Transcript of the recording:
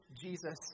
Jesus